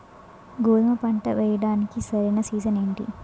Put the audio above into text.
గోధుమపంట వేయడానికి సరైన సీజన్ ఏంటి?